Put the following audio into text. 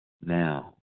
Now